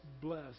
bless